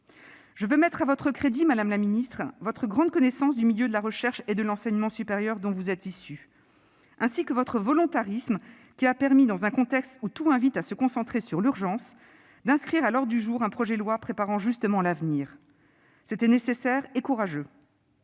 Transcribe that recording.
Je veux mettre à votre crédit, madame la ministre, votre grande connaissance du milieu de la recherche et de l'enseignement supérieur, dont vous êtes issue, ainsi que votre volontarisme, qui a permis, dans un contexte où tout invite à se concentrer sur l'urgence, d'inscrire à l'ordre du jour un projet de loi préparant justement l'avenir. C'était nécessaire et courageux.